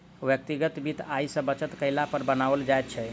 व्यक्तिगत वित्त आय सॅ बचत कयला पर बनाओल जाइत छै